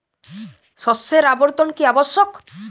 শস্যের আবর্তন কী আবশ্যক?